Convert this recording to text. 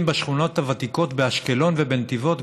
בשכונות הוותיקות באשקלון ובנתיבות,